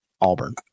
Auburn